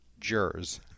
jurors